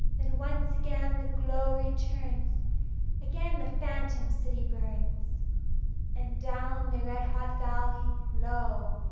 then once again the glow returns again the phantom city burns and down the red-hot valley, lo!